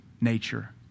nature